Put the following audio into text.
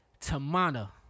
Tamana